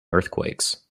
earthquakes